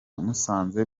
musanze